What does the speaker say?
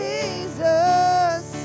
Jesus